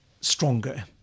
stronger